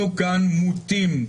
אנחנו כאן מוטים,